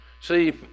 See